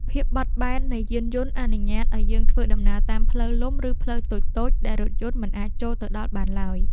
ភាពបត់បែននៃយានយន្តអនុញ្ញាតឱ្យយើងធ្វើដំណើរតាមផ្លូវលំឬផ្លូវតូចៗដែលរថយន្តមិនអាចចូលទៅដល់បានឡើយ។